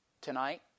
Tonight